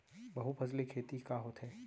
बहुफसली खेती का होथे?